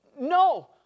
no